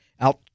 out-